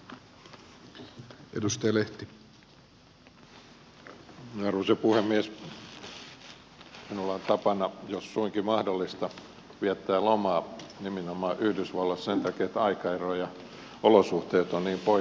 minulla on tapana jos suinkin mahdollista viettää lomaa nimenomaan yhdysvalloissa sen takia että aikaero ja olosuhteet ovat niin poikkeavat